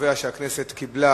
קובע שהכנסת קיבלה